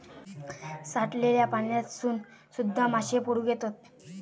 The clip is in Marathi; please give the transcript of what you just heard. साठलल्या पाण्यातसून सुध्दा माशे पकडुक येतत